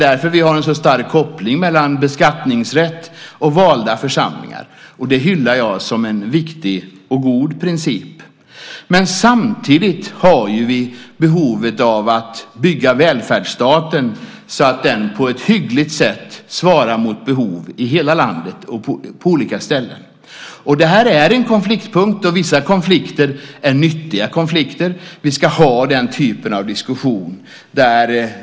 Därför har vi en så stark koppling mellan beskattningsrätt och valda församlingar. Det hyllar jag som en viktig och god princip. Å andra sidan har vi behovet av att bygga välfärdsstaten så att den på ett hyggligt sätt svarar mot behov i hela landet, på olika ställen. Det här är en konfliktpunkt, och vissa konflikter är nyttiga konflikter. Vi ska ha den typen av diskussion.